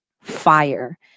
fire